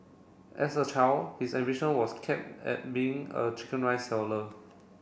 as a child his ambition was cap at being a chicken rice seller